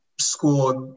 scored